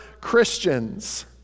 Christians